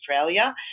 Australia